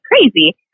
crazy